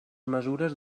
mesures